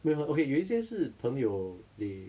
没有 uh okay 有一些是朋友 they